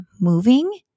moving